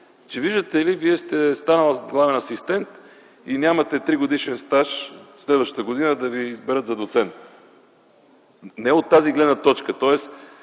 че, виждате ли, вие сте станали главен асистент и нямате тригодишен стаж през следващата година да ви изберат за доцент, не от тази гледна точка, тоест